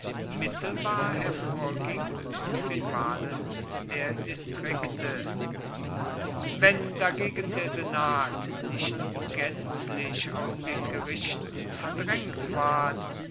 mittelbar hervorging aus den wahlen der distrikte wenn dagegen der senat nicht gänzlich aus den gerichten verdrängt ward